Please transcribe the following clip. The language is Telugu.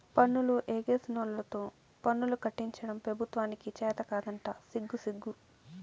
పన్నులు ఎగేసినోల్లతో పన్నులు కట్టించడం పెబుత్వానికి చేతకాదంట సిగ్గుసిగ్గు